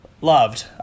loved